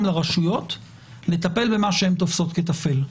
לרשויות לטפל במה שהן תופסות כטפל,